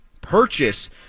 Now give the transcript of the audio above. purchase